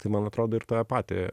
tai man atrodo ir tave patį